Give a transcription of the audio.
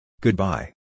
Goodbye